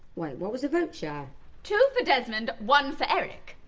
wait, what was the vote share? two for desmond, one for eric.